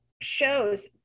shows